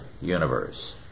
universe